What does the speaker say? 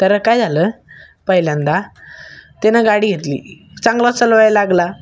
तर काय झालं पहिल्यांदा त्यानं गाडी घेतली चांगला चालवायला लागला